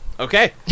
okay